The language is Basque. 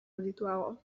adituago